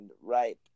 right